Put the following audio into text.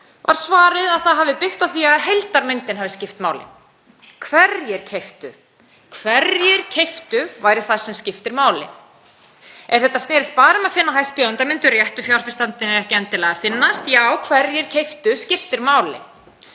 var svarið að það hafi byggt á því að heildarmyndin hafi skipt máli, hverjir keyptu. Hverjir keyptu væri það sem skipti máli. Ef þetta snerist bara um að finna hæstbjóðanda myndu réttu fjárfestarnir ekki endilega finnast. Já, hverjir keyptu skiptir máli.